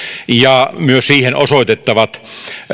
ja myös siihen osoitettavat